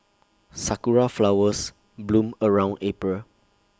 Sakura Flowers bloom around April